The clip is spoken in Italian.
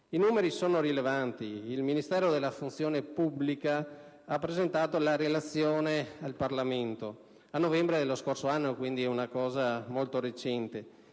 I numeri sono rilevanti: il Ministero della funzione pubblica ha presentato la relazione al Parlamento a novembre dello scorso anno (quindi è un fatto molto recente)